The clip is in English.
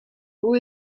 who